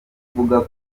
uvuga